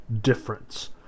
difference